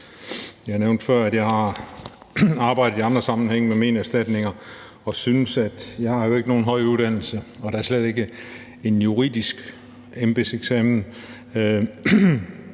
Jeg nævnte før, at jeg har arbejdet i andre sammenhænge med ménerstatninger. Jeg har jo ikke nogen høj uddannelse og da slet ikke en juridisk embedseksamen,